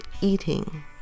eating